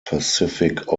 pacific